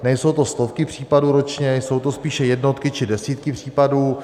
Nejsou to stovky případů ročně, jsou to spíše jednotky či desítky případů.